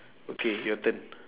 okay your turn